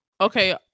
okay